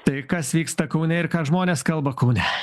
tai kas vyksta kaune ir ką žmonės kalba kaune